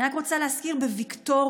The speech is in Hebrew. אני רק רוצה להזכיר: בוויקטוריה,